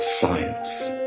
science